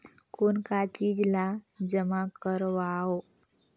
कौन का चीज ला जमा करवाओ?